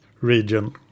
region